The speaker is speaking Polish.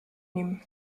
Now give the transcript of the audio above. nim